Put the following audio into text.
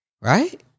Right